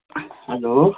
hello